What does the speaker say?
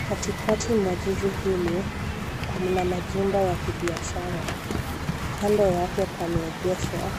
Katikati mwa jiji hili kuna majumba ya kibiashara. Kando yake pameegeshwa